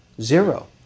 zero